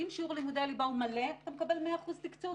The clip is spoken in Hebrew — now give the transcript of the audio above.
אם שיעור לימודי הליבה מלא מקבלים 100% תקצוב.